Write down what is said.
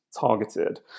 targeted